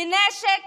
מנשק